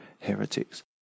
heretics